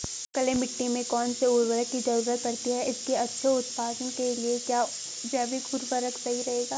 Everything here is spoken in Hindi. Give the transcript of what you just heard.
क्ले मिट्टी में कौन से उर्वरक की जरूरत पड़ती है इसके अच्छे उत्पादन के लिए क्या जैविक उर्वरक सही रहेगा?